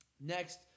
Next